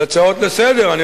להצעות לסדר-היום,